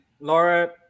Laura